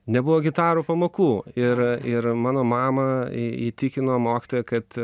nebuvo gitarų pamokų ir ir mano mama įtikino mokytoją kad